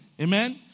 Amen